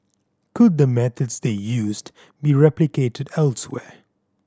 could the methods they used be replicated elsewhere